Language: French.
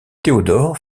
theodore